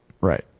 right